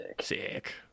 Sick